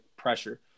pressure